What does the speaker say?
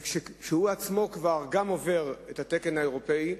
כשהוא עצמו גם עובר את התקן האירופי,